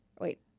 Wait